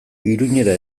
iruñera